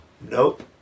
Nope